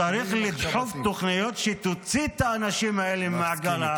צריך לדחוף תוכניות שיוציאו את האנשים האלה ממעגל העוני.